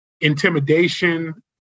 intimidation